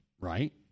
Right